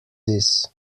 this